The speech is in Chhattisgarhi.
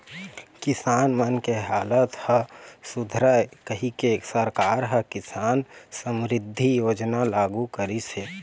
किसान मन के हालत ह सुधरय कहिके सरकार ह किसान समरिद्धि योजना लागू करिस हे